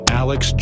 alex